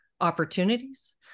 opportunities